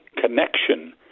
connection